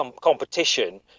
competition